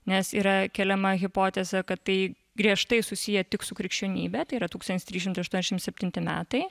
nes yra keliama hipotezė kad tai griežtai susiję tik su krikščionybe tai yra tūkstantis trys šimtai aštuoniasdešimt septinti metai